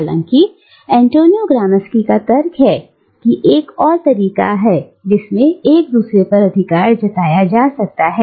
हालांकि Antonio Gramsci का तर्क है की एक और तरीका भी है जिसमें एक दूसरे पर अधिकार जताया जा सकता है